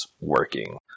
working